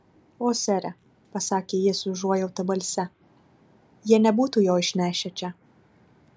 o sere pasakė ji su užuojauta balse jie nebūtų jo išnešę čia